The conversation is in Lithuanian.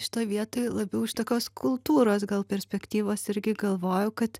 šitoj vietoj labiau iš tokios kultūros gal perspektyvos irgi galvoju kad